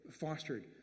fostered